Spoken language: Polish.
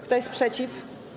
Kto jest przeciw?